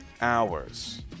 hours